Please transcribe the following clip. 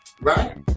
right